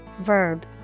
verb